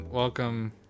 Welcome